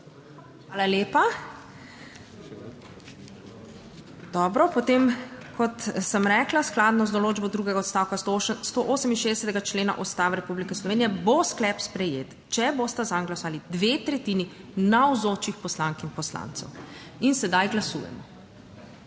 Hvala lepa. Potem, kot sem rekla, skladno z določbo drugega odstavka 168. člena Ustave Republike Slovenije bo sklep sprejet, če bosta zanj glasovali dve tretjini navzočih poslank in poslancev. Glasujemo.